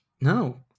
No